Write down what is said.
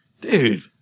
dude